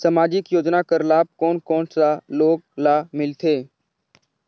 समाजिक योजना कर लाभ कोन कोन सा लोग ला मिलथे?